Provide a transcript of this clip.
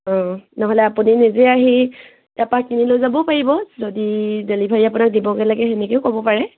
অঁ নহ'লে আপুনি নিজে আহি তাৰপৰা কিনি লৈ যাবও পাৰিব যদি ডেলিভাৰী আপোনাক দিবগৈ লাগে তেনেকৈও ক'ব পাৰে